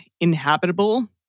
inhabitable